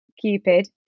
Cupid